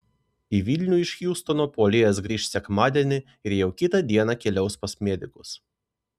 į vilnių iš hjustono puolėjas grįš sekmadienį ir jau kitą dieną keliaus pas medikus